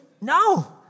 No